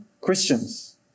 Christians